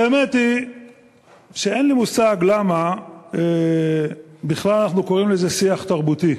האמת היא שאין לי מושג למה בכלל אנחנו קוראים לזה שיח תרבותי.